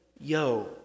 Yo